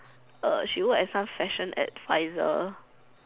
uh she work as some fashion adviser